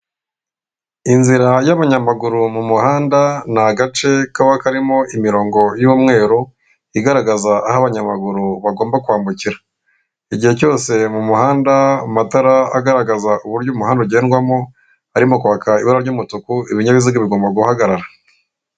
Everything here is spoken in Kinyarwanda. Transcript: Inzira y'abanyamaguru mu muhanda, ni agace kaba karimo imirongo y'umweru igaragaza aho abanyamaguru bagomba kwambukira. Igihe cyose mu muhanda amatara agaragaza uburyo umuhanda ugendwamo arimo kwaka ibara ry'umutuku, ibinyabiziga bigomba guhagarara.